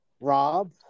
Rob